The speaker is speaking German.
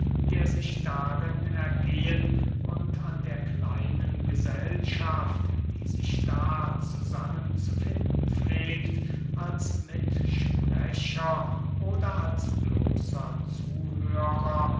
der sich darin ergehen und an der kleinen gesellschaft die sich da zusammen zu finden pflegt als mitsprecher oder als bloßer zuhörer